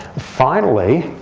finally,